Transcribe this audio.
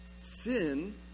sin